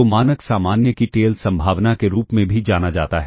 को मानक सामान्य की टेल संभावना के रूप में भी जाना जाता है